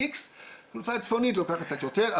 החלופה הצפונית לוקחת קצת יותר.